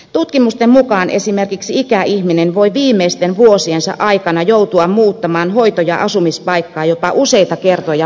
tutkimusten mukaan esimerkiksi ikäihminen voi viimeisten vuosiensa aikana joutua muuttamaan hoito ja asumispaikkaa jopa useita kertoja vuodessa